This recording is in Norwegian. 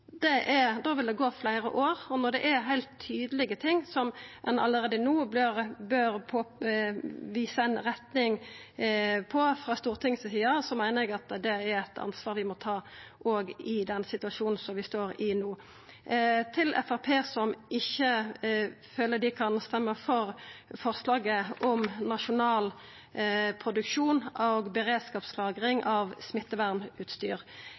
Då vil det gå fleire år, og når det heilt tydeleg er ting som ein allereie no bør visa ei retning for frå Stortinget si side, meiner eg at det er eit ansvar vi må ta òg i den situasjonen som vi står i no. Til Framstegspartiet, som ikkje føler at dei kan stemma for forslaget om nasjonal produksjon og beredskapslagring av smittevernutstyr: